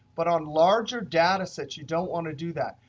but on larger data sets you don't want to do that.